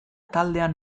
taldean